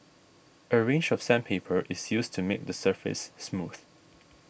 a range of sandpaper is used to make the surface smooth